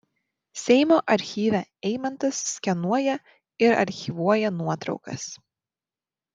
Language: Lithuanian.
seimo archyve eimantas skenuoja ir archyvuoja nuotraukas